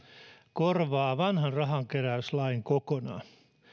korvaa vanhan rahankeräyslain kokonaan